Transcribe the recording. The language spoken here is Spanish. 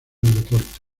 deporte